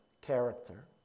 character